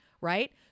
right